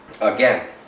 Again